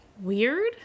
weird